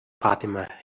fatima